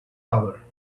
other